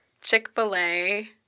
Chick-fil-A